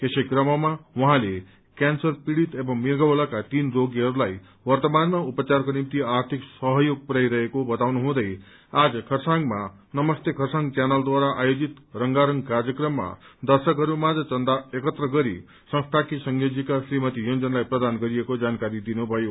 यसै क्रममा उहाँले क्यान्सर पीड़ित एवं मिगौँलाका तीन रोगीहरूलाई वर्तमानमा उपचारको निम्ति आर्थिक सहयोग पुरयाइ रहेको बताउनु हुँदै आज खरसाङमा नमस्ते खरसाङ च्यानलद्वारा आयोजित रंगारंग कार्यक्रममा दर्शकहरू माझ चन्दा एकत्र गरी संस्थाकी संयोजिक श्रीमती योन्जनलाई प्रदान गरिएको जानकारी दिनुभयो